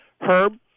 Herb